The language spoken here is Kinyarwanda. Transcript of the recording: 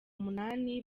umunani